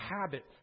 habit